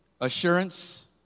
assurance